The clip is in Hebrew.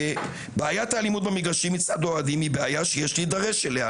"בעיית האלימות במגרשים מצד האוהדים היא בעיה שיש להידרש אליה.